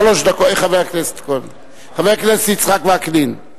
שלוש דקות, חבר הכנסת יצחק וקנין.